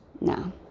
No